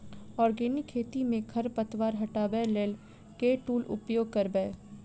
Organic खेती मे खरपतवार हटाबै लेल केँ टूल उपयोग करबै?